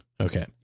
Okay